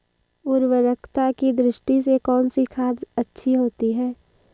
उर्वरकता की दृष्टि से कौनसी खाद अच्छी होती है?